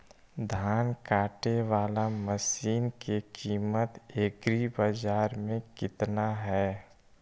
धान काटे बाला मशिन के किमत एग्रीबाजार मे कितना है?